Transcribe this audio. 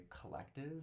collective